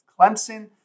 Clemson